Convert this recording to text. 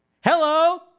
Hello